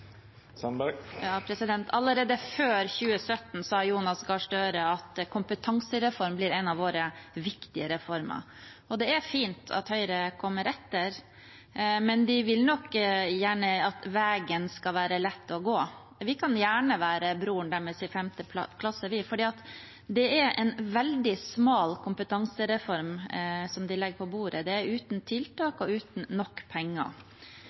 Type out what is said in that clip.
Allerede før 2017 sa Jonas Gahr Støre: Kompetansereform blir en av våre viktige reformer. Det er fint at Høyre kommer etter, men de vil nok gjerne at vægen skal være lett å gå. Vi kan gjerne være broren deres i 5. klasse, for det er en veldig smal kompetansereform de legger på bordet. Den er uten tiltak og uten nok penger.